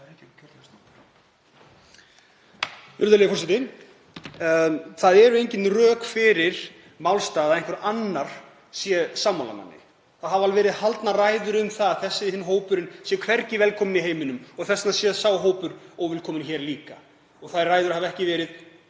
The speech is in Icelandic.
Það eru engin rök fyrir málstað að einhver annar sé sammála manni. Það hafa alveg verið haldnar ræður um að þessi eða hinn hópurinn sé hvergi velkominn í heiminum og þess vegna sé sá hópur óvelkominn hér líka. Þær ræður hafa ekki verið